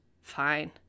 fine